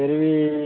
ଫିର୍ ବି